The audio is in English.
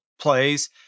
plays